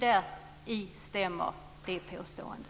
Däri stämmer det påståendet.